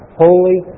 holy